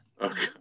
Okay